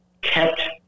kept